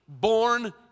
born